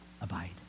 abide